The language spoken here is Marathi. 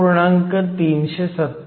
34 आहे आणि EFp EFi हे 0